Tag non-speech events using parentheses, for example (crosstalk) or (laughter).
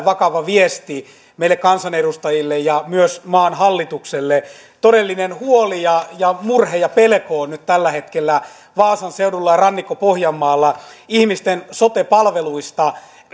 (unintelligible) vakava viesti meille kansanedustajille ja myös maan hallitukselle todellinen huoli ja ja murhe ja pelko on nyt tällä hetkellä vaasan seudulla ja rannikko pohjanmaalla ihmisten sote palveluista